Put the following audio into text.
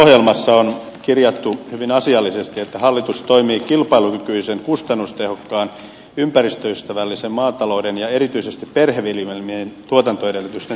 hallitusohjelmassa on kirjattu hyvin asiallisesti että hallitus toimii kilpailukykyisen kustannustehokkaan ympäristöystävällisen maatalouden ja erityisesti perheviljelmien tuotantoedellytysten turvaamiseksi